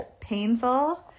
painful